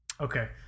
Okay